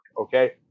okay